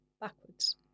backwards